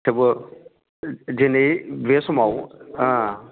थेवबो दिनै बे समाव